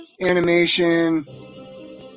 animation